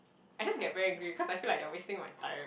I just get very angry cause I feel like they're wasting my time